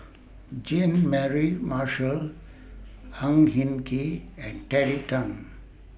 Jean Mary Marshall Ang Hin Kee and Terry Tan